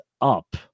up